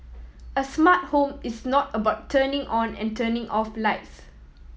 a smart home is not about turning on and turning off lights